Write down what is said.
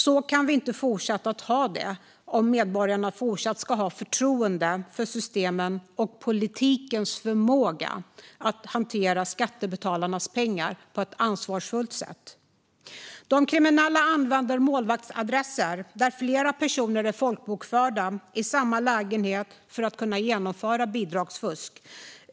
Så kan vi inte ha det om medborgarna ska fortsätta att ha förtroende för systemen och politikens förmåga att hantera skattebetalarnas pengar på ett ansvarsfullt sätt. De kriminella använder målvaktsadresser där flera personer är folkbokförda i samma lägenhet, för att kunna genomföra bidragsfusk.